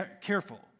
careful